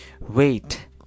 Wait